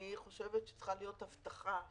אני חושבת שצריכה להיות הבטחה,